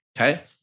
okay